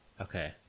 Okay